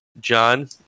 john